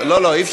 למה, לא, לא.